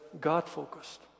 God-focused